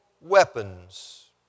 weapons